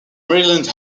maryland